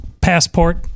passport